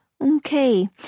Okay